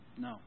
No